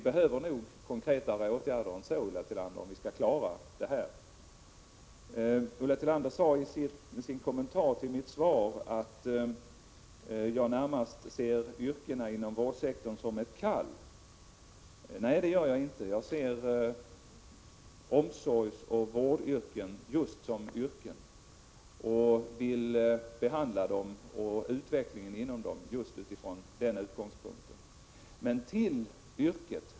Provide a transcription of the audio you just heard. Även om frågor rörande löner och arbetstider säkert har stor betydelse för yrkets attraktionskraft, anser jag att inställningen, attityden till arbetet har en minst lika stor betydelse.